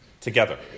together